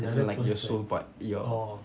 as in like your soul part your